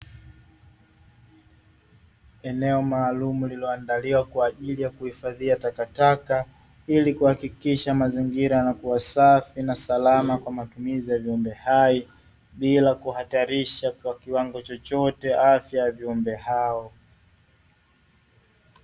Eneo maalumu lililoandaliwa kwa ajili ya kuhifadhia takataka, ili kuhakikisha mazingira yanakua safi na salama kwa matumizi ya viumbe hai, bila kuhatarisha kwa kiwango chochote afya ya viumbe hao.